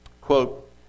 Quote